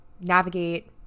navigate